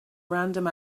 random